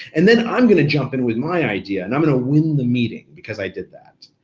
and then i'm gonna jump in with my idea and i'm gonna win the meeting because i did that.